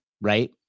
Right